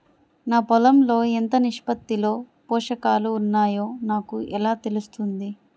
నా పొలం లో ఎంత నిష్పత్తిలో పోషకాలు వున్నాయో నాకు ఎలా తెలుస్తుంది?